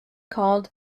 called